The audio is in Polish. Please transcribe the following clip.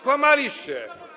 Kłamaliście.